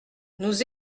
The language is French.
nous